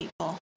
people